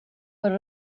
per